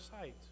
sight